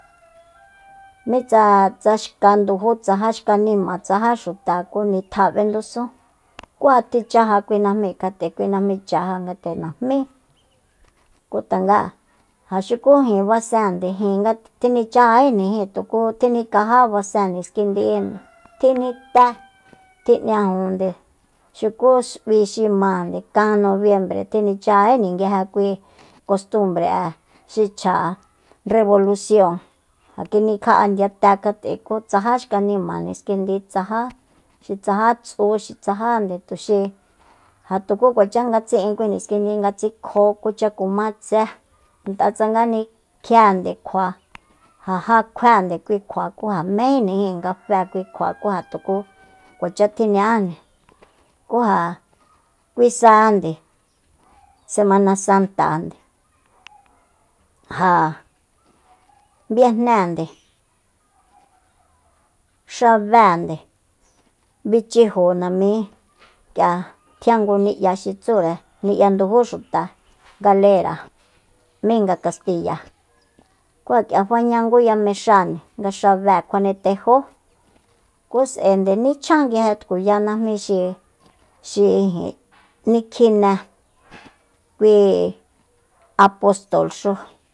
Mitsa tsa xka ndujú tsajá xka nima tsajá xuta ku nitja b'endusun ku ja tjichaja kui najmi kjat'e kuinajmi cha ja ngate najmí ku tanga ja xuku jin basende jin nga tjinichajajíjnijin tukú tjinikjá besen niskindi tjinité tjin'ñajunde xuku s'ui xi mande kan nobiembre tjinichajajíjni kui kostumbre'e rebolusion kinikja'a ndiyate kjat'e kú tsaja xka nima niskindi tsaja xi tsaja tsú xi tsajande tuxi ja tuku kuacha nga tsi'in kui niskindi nga tsikjo kucha kumá tsé ngat'a tsanga nikjiende kjua ja já kjuende kui kjua kú ja mejinjnijin nga fe kui kjua ku ja tukú kuacha tjiña'ajni ku ja kui sajande semanasantande ja viejnénde sabéende bichiju namí k'ia tjian ngu ni'ya xi ts'ure ni'ya ndujú xuta galera mí nga kastiya ku ja k'ia faña ngu yamex'aa nga xabée kjuane tejó ku s'aende nichjan nguije najmí xi- xi nikjine kui- kui apostol xú